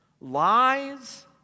lies